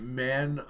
man